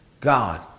God